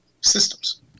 systems